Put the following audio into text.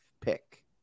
pick